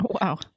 wow